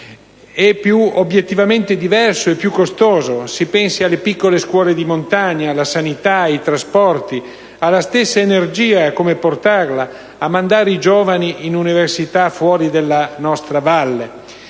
è obiettivamente diverso e più costoso: si pensi alle piccole scuole di montagna, alla sanità, ai trasporti, alla stessa energia e a come portarla, a mandare i giovani in università fuori dalla nostra valle.